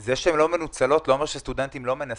זה שהן לא מנוצלות לא אומר שסטודנטים לא מנסים.